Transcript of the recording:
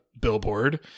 Billboard